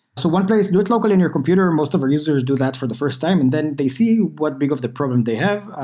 so one place, do it locally in your computer. and most of our users do that for the first time and then they see what big of the problem they have,